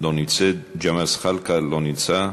לא נמצאת,